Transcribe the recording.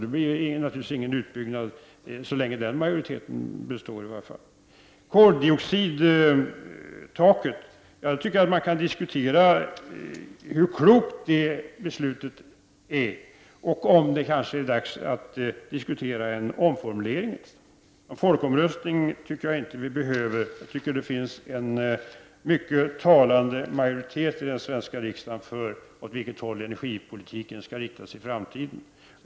Därför blir det naturligtvis inte någon utbyggnad, i varje fall så länge den majoriteten finns. Beträffande koldioxidtaket vill jag säga följande. Jag tycker att man kan diskutera hur klokt det beslutet är och om det kanske är dags att diskutera en omformulering. Någon folkomröstning anser jag inte att vi behöver, utan jag tycker att det finns en mycket talande majoritet i den svenska riksdagen när det gäller åt vilket håll energipolitiken skall föras i framtiden.